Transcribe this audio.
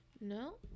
No